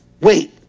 Wait